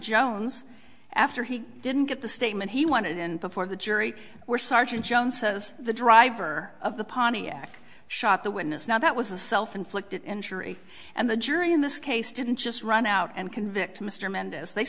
jones after he didn't get the statement he wanted and before the jury were sergeant jones says the driver of the pontiac shot the witness now that was a self inflicted injury and the jury in this case didn't just run out and convict mr mendez they